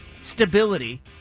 stability